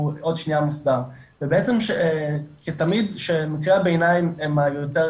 עוד שנייה מוסדר ובעצם כתמיד שמקרה הביניים הם היותר